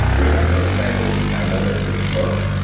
the reason i'm so excited is i know what's in this book,